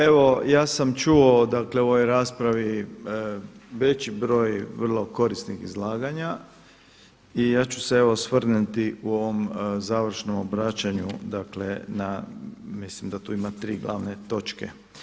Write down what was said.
Evo ja sam čuo dakle u ovoj raspravi veći broj vrlo korisnih izlaganja i ja ću se osvrnuti u ovom završnom obraćanju dakle na, mislim da tu ima tri glavne točke.